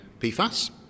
PFAS